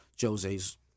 Jose's